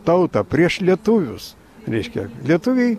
tautą prieš lietuvius reiškia lietuviai